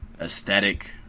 Aesthetic